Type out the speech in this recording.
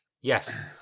Yes